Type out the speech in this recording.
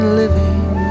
living